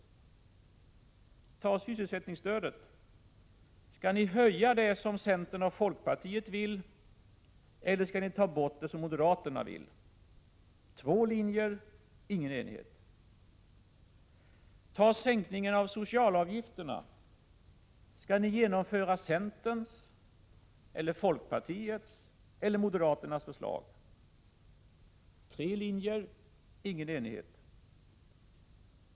Skall ni höja sysselsättningsstödet som centern och folkpartiet vill, eller skall ni ta bort det som moderaterna vill? Två linjer, ingen enighet. Skall ni när det gäller sänkningen av socialavgifterna genomföra centerns, folkpartiets eller moderaternas förslag? Tre linjer, ingen enighet.